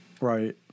Right